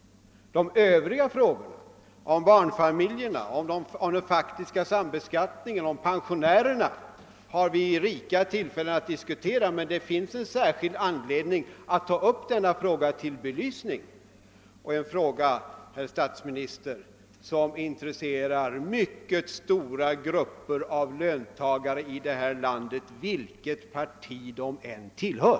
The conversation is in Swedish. De övriga frågorna — barnfamiljerna, den faktiska sambeskattningen och pensionärerna — har vi många tillfällen att diskutera, men det finns särskild anledning att få klarhet om marginalskatterna, eftersom det är en sak, herr statsminister, som intresserar mycket stora grupper av löntagare, vilket parti de än tillhör.